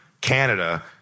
Canada